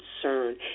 concern